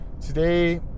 today